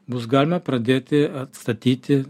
bus galima pradėti atstatyti